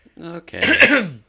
Okay